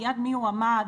ליד מי הוא עמד,